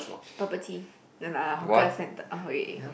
bubble tea then like uh hawker centre orh